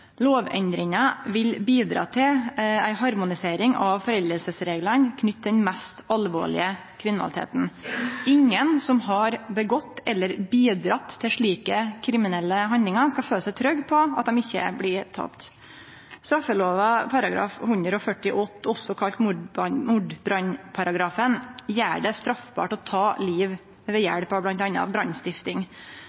Lovendringa vil bidra til ei harmonisering av foreldingsreglane knytte til den mest alvorlege kriminaliteten. Ingen som har utført eller bidratt til slike kriminelle handlingar, skal føle seg trygge på at dei ikkje blir tekne. Straffelova § 148, også kalla mordbrannparagrafen, gjer det straffbart å ta liv